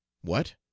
What